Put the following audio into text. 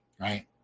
right